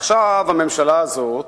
עכשיו, הממשלה הזאת,